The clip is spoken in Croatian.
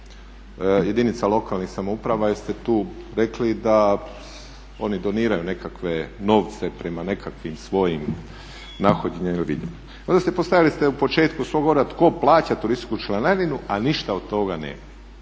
jedinice lokalne samouprave jer ste tu rekli da oni doniraju nekakve novce prema nekakvim svojim nahođenjem ili … Postavili ste na početku svog govora tko plaća turističku članarinu, a ništa od toga nema.